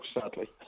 sadly